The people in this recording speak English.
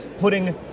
Putting